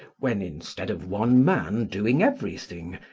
when, instead of one man doing everything,